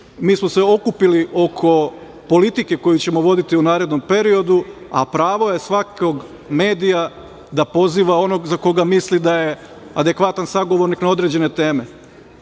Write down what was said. Mi smo se okupili oko politike koju ćemo voditi u narednom periodu, a pravo je svakog medija da poziva onog za koga misli da je adekvatan sagovornik na određene teme. Kao